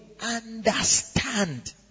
understand